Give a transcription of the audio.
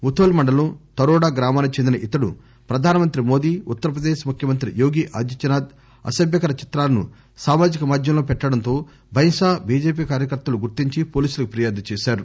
ముథోల్ మండలం తరోడా గ్రామానికి చెందిన ఇతడు ప్రధానమంత్రి మోదీ ఉత్తర ప్రదేశ్ ముఖ్యమంత్రి యోగి ఆదిత్యనాధ్ అసభ్యకర చిత్రాలను సామాజిక మాధ్యమంలో పెట్టడంతో బైంసా బిజెపి కార్యకర్తలు గుర్తించి పోలీసులకు ఫిర్యాదు చేశారు